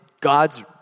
God's